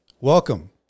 Welcome